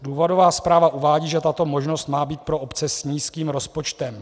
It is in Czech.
Důvodová zpráva uvádí, že tato možnost má být pro obce s nízkým rozpočtem.